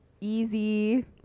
easy